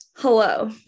hello